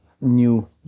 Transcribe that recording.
new